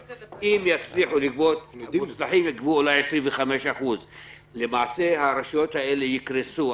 אם יצליחו לגבות המוצלחים יגבו אולי 25%. למעשה הרשויות האלה יקרסו.